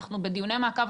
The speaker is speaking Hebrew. אנחנו בדיוני מעקב,